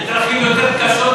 יש דרכים יותר קשות,